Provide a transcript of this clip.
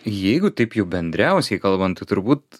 jeigu taip jau bendriausiai kalbant tai turbūt